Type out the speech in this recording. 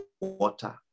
water